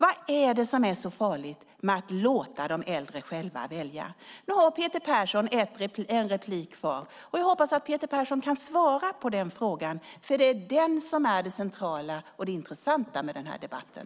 Vad är det som är så farligt med att låta de äldre själva välja? Nu har Peter Persson en replik kvar. Jag hoppas att han kan svara på den frågan, för det är den som är central och intressant med den här debatten.